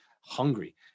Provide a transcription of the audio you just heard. hungry